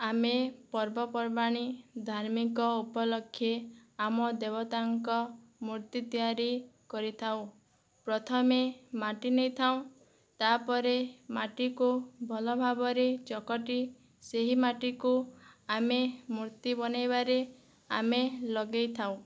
ଆମେ ପର୍ବ ପର୍ବାଣି ଧାର୍ମିକ ଉପଲକ୍ଷେ ଆମ ଦେବତାଙ୍କ ମୂର୍ତ୍ତି ତିଆରି କରିଥାଉ ପ୍ରଥମେ ମାଟି ନେଇଥାଉ ତାପରେ ମାଟିକୁ ଭଲ ଭାବରେ ଚକୁଟି ସେହି ମାଟିକୁ ଆମେ ମୂର୍ତ୍ତି ବନାଇବାରେ ଆମେ ଲଗାଇଥାଉ